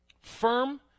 firm